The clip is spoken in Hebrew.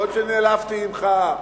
יכול להיות שנעלבתי ממך,